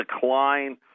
decline